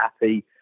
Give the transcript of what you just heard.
happy